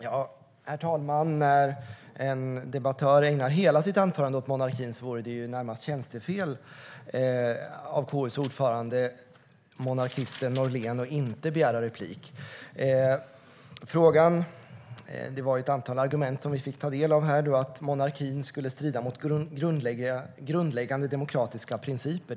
Herr talman! När en debattör ägnar hela sitt anförande åt monarkin vore det närmast tjänstefel av KU:s ordförande, monarkisten Norlén, att inte Det var ett antal argument som vi fick ta del av. Monarkin skulle strida mot grundläggande demokratiska principer.